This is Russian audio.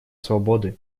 свободы